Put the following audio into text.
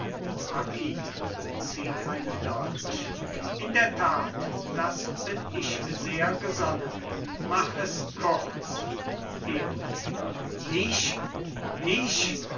marquis zieht einen dolch in der tat das bin ich sehr gesonnen mach es kurz eboli mich mich